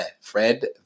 Fred